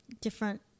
different